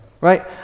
right